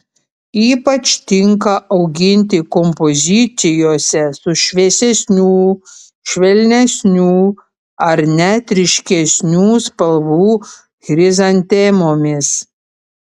ypač tinka auginti kompozicijose su šviesesnių švelnesnių ar net ryškesnių spalvų chrizantemomis